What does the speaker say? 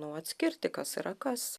nu atskirti kas yra kas